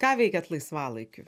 ką veikiat laisvalaikiu